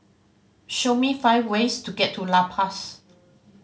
show me five ways to get to La Paz